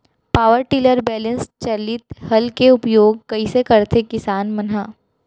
Power tiller बैलेंस चालित हल के उपयोग कइसे करथें किसान मन ह?